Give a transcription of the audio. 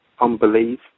Unbelief